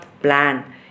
plan